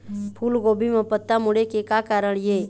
फूलगोभी म पत्ता मुड़े के का कारण ये?